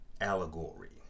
Allegory